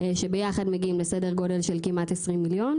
שביחד מגיעים לסדר גודל של כמעט 20 מיליון,